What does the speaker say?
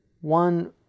one